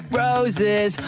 roses